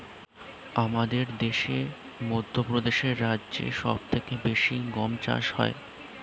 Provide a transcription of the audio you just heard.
আমাদের দেশে মধ্যপ্রদেশ রাজ্যে সব থেকে বেশি গম চাষ হয়